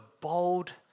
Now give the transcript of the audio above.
bold